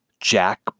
Jack